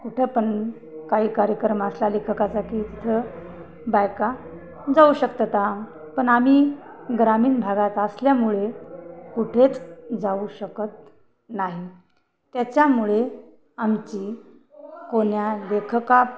कुठं पण काही कार्यक्रम असला लेखकाचा की तिथं बायका जाऊ शकतात पण आम्ही ग्रामीण भागात असल्यामुळे कुठेच जाऊ शकत नाही त्याच्यामुळे आमची कोण्या लेखका